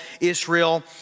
Israel